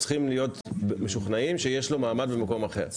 אנחנו צריכים להיות משוכנעים שיש לו מעמד במקום אחר.